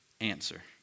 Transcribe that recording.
answer